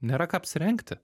nėra ką apsirengti